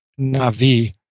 navi